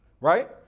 Right